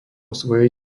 svojej